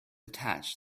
attached